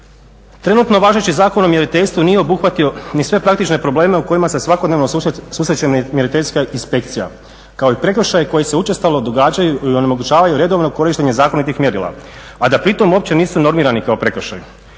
Trenutno važeći Zakon o mjeriteljstvu nije obuhvatio ni sve praktične probleme s kojima se svakodnevno susreće mjeriteljska inspekcija, kao i prekršaji koji se učestalo događaju i onemogućavaju redovno korištenje zakonitih mjerila, a da pritom uopće nisu normirani kao prekršaji.